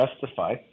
justify